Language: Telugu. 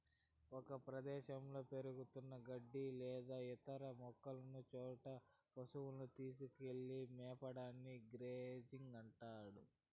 ఒక ప్రదేశంలో పెరుగుతున్న గడ్డి లేదా ఇతర మొక్కలున్న చోట పసువులను తీసుకెళ్ళి మేపడాన్ని గ్రేజింగ్ అంటారు